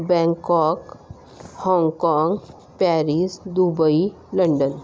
Bangkok Hong Kong Paris Dubai London